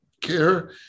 care